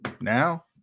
Now